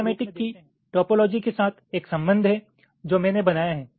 यह इस्केमेटीक की टोपोलॉजी के साथ एक संबन्ध है जो मैंने बनाया है